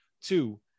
Two